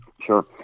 Sure